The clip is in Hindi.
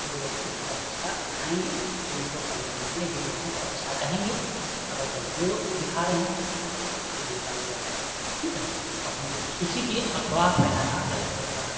जो लोग हैं अगर अच्छा दिखाएँगे तो उनको हर लोग जितने भी लोग हैं सब अच्छा कहेंगे अगर गलत वह दिखा रहे हैं तो गलत उसके लिए कहा जाएगा ठीक है और हम किसी की अफ़वाह फैलाना गलत होता है